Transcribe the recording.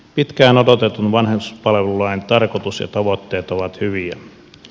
pitkään odotetun vanhuspalvelulain tarkoitus ja tavoitteet ovat hyviä